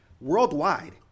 Worldwide